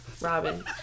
Robin